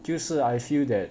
就是 I feel that